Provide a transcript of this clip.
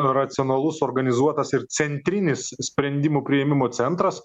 racionalus organizuotas ir centrinis sprendimų priėmimo centras